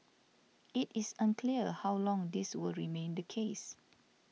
it is unclear how long this will remain the case